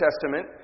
Testament